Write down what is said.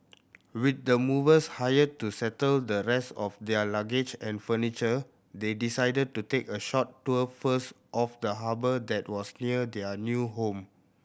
with the movers hired to settle the rest of their luggage and furniture they decided to take a short tour first of the harbour that was near their new home